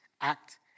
act